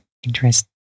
interest